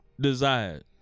desired